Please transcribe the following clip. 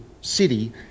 city